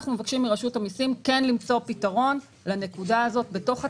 אנחנו מבקשים מרשות המסים כן למצוא פתרון לנקודה הזו בתוך הצו,